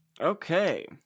Okay